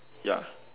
ya